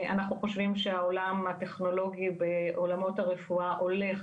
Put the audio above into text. אנחנו חושבים שהעולם הטכנולוגי בעולמות הרפואי הולך